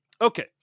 Okay